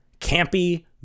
campy